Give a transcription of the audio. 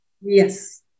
Yes